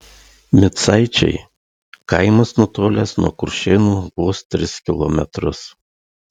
micaičiai kaimas nutolęs nuo kuršėnų vos tris kilometrus